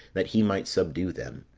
that he might subdue them.